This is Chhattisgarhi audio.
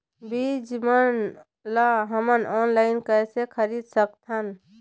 बीज मन ला हमन ऑनलाइन कइसे खरीद सकथन?